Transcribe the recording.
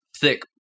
Thick